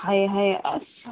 ꯍꯥꯏ ꯍꯥꯏ ꯑꯁ